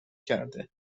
کرده